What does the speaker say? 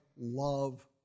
love